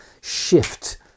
shift